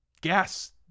gas